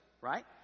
right